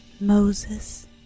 Moses